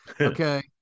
okay